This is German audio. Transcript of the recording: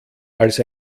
als